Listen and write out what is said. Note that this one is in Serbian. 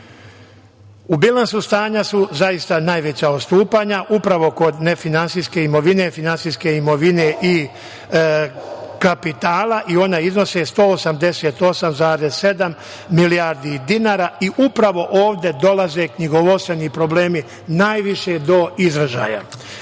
bilansu stanja su zaista najveća odstupanja upravo kod nefinansijske imovine, finansijske imovine i kapitala i ona iznose 188,7 milijardi dinara i upravo ovde dolaze knjigovodstvene problemi najviše do izražaja.